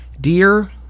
Dear